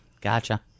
Gotcha